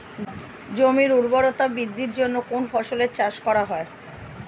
জমির উর্বরতা বৃদ্ধির জন্য কোন ফসলের চাষ করা হয়?